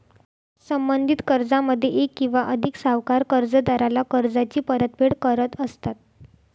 संबंधित कर्जामध्ये एक किंवा अधिक सावकार कर्जदाराला कर्जाची परतफेड करत असतात